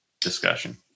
discussion